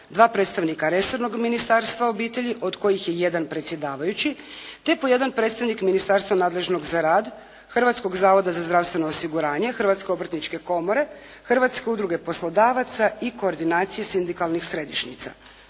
Dva predstavnika resornog Ministarstva obitelji od kojih je jedan predsjedavajući, te po jedan predstavnik ministarstva nadležnog za rad Hrvatskog zavoda za zdravstveno osiguranje, Hrvatske obrtničke komore, Hrvatske udruge poslodavaca i koordinacije sindikalnih središnjica.